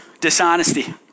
dishonesty